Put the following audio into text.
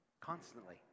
Constantly